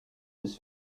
des